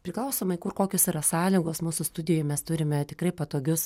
priklausomai kur kokios yra sąlygos mūsų studijoj mes turime tikrai patogius